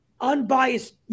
unbiased